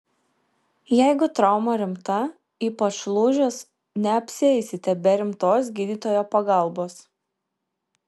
jeigu trauma rimta ypač lūžis neapsieisite be rimtos gydytojo pagalbos